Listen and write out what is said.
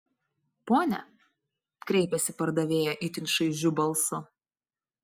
pone kreipėsi pardavėja itin šaižiu balsu